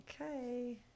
okay